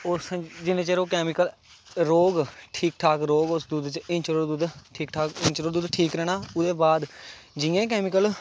उस जिन्नें चिर ओह् कैमिकल रौह्ग ठीक ठाक रौह्ग उस दुद्ध च इन्ने चिर ओह् दुद्ध ठीक ठाक इन्ने चिर ओह् दुद्ध ठीक रैह्ना ओह्दे बाद जियां गै कैमिकल